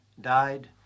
died